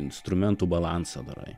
instrumentų balansą darai